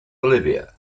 bolivia